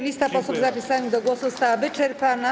Lista posłów zapisanych do głosu została wyczerpana.